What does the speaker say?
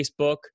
Facebook